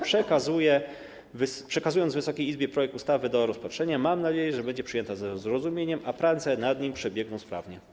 Przekazując Wysokiej Izbie projekt ustawy do rozpatrzenia, mam nadzieję, że będzie on przyjęty ze zrozumieniem, a prace nad nim przebiegną sprawnie.